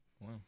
Wow